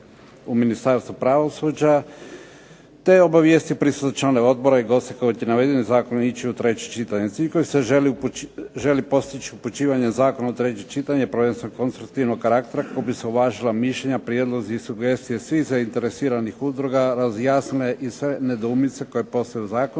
u Ministarstvu pravosuđa, te obavijestio prisutne članove odbora i ... zakon ići u treće čitanje. Svi koji se želi postići upućivanje zakona u treće čitanje prvenstveno konstruktivnog karaktera kako bi se uvažila mišljenja, prijedlozi, sugestije svih zainteresiranih udruga, razjasnile i sve nedoumice koje postoje u zakonu,